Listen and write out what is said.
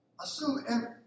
assume